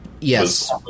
Yes